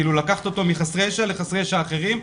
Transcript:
לקחת אותו מחסרי ישע לחסרי ישע אחרים.